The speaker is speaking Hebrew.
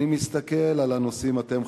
אני מסתכל על הנושאים שאתם,